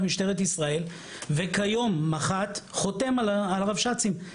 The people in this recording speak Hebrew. משטרת ישראל וכיום מח"ט חותם על הרבש"צים.